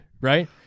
right